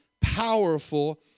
powerful